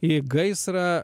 į gaisrą